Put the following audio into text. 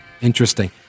Interesting